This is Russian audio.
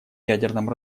ядерном